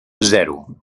zero